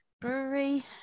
Brewery